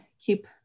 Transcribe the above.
keep